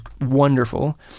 wonderful